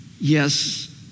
yes